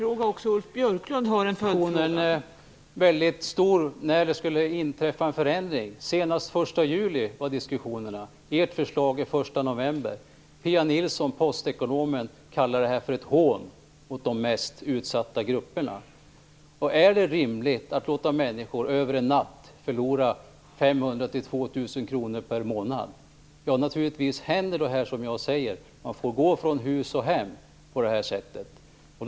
Fru talman! Osäkerheten om när en förändring skulle inträffa är stor. Enligt förhandsdiskussionen skulle den ske senast den 1 juli, men enligt ert förslag skall den komma den 1 november. Postekonomen Pia Nilsson kallar detta ett hån mot de mest utsatta grupperna. Är det rimligt att låta människor över en natt förlora 500-2 000 kr per månad? Naturligtvis blir det så som jag här har sagt, att människor får gå från hus och hem.